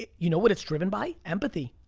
you know what it's driven by? empathy.